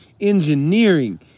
engineering